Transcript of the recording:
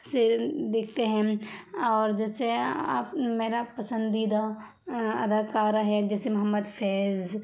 سے دیکھتے ہیں ہم اور جیسے میرا پسندیدہ اداکار ہے جیسے محمد فیض